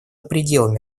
пределами